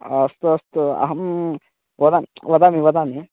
अस्तु अस्तु अहम् वदामि वदामि